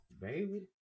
baby